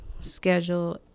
schedule